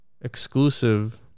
exclusive